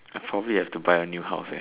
I probably have to buy a new house eh